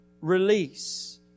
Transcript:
release